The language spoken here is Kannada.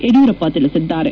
ಯಡಿಯೂರಪ್ಪ ತಿಳಿಸಿದ್ದಾರೆ